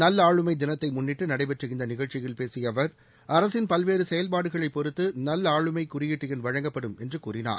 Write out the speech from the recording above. நல்ஆளுமை தினத்தை முன்னிட்டு நடைபெற்ற இந்த நிகழ்ச்சியில் பேசிய அவர் அரசின் பல்வேறு செயல்பாடுகளைப் பொறுத்து நல்ஆளுமை குறியீட்டு எண் வழங்கப்படும் என்று கூறினார்